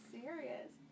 serious